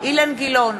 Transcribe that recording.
אילן גילאון,